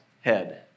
head